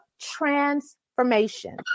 transformation